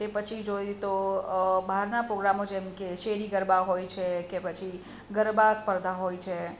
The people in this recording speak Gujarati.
તે પછી જોઈએ તો બહારના પ્રોગ્રામો જેમ કે શેરી ગરબા હોય છે કે પછી ગરબા સ્પર્ધા હોય છે